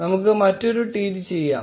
നമുക്ക് മറ്റൊരു ട്വീറ്റ് ചെയ്യാം